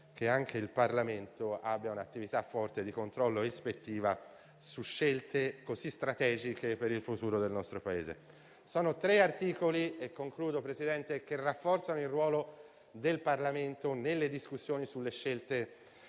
che anche il Parlamento abbia una forte attività di controllo e ispettiva su scelte così strategiche per il futuro del nostro Paese. Si tratta di tre articoli che rafforzano il ruolo del Parlamento nelle discussioni sulle scelte